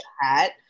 hat